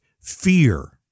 fear